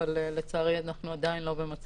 אנחנו פשוט לא נוכל להתייחס